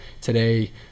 today